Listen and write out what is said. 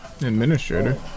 Administrator